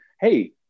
Hey